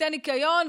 צוותי ניקיון,